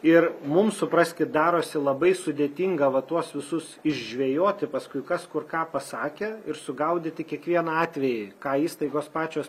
ir mum supraskit darosi labai sudėtinga va tuos visus išžvejoti paskui kas kur ką pasakė ir sugaudyti kiekvieną atvejį ką įstaigos pačios